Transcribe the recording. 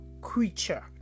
creature